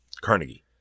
Carnegie